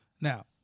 Now